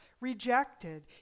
rejected